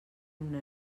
una